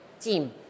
team